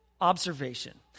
observation